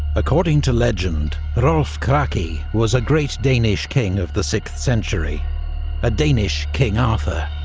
according to legend, hrolf-kraki was a great danish king of the sixth century a danish king arthur.